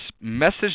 message